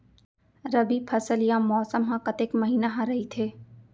रबि फसल या मौसम हा कतेक महिना हा रहिथे?